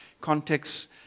context